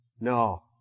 No